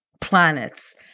planets